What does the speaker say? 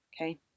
Okay